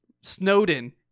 Snowden